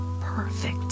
perfect